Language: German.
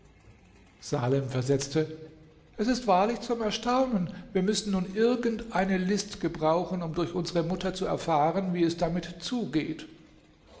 salem versetzte es ist wahrlich zum erstaunen wir müssen nun irgend eine list gebrauchen um durch unsere mutter zu erfahren wie es damit zugeht